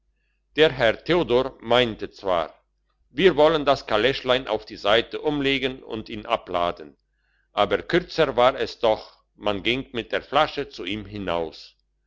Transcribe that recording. der herr theodor meinte zwar wir wollen das kaleschlein auf die seite umlegen und ihn abladen aber kürzer war es doch man ging mit der flasche zu ihm hinaus